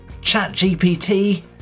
ChatGPT